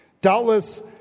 doubtless